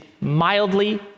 mildly